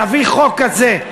להביא חוק כזה,